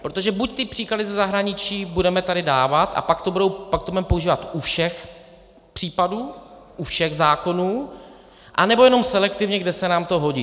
Protože buď ty příklady ze zahraničí budeme tady dávat a pak to budeme používat u všech případů, u všech zákonů, anebo jenom selektivně, kde se nám to hodí.